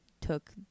took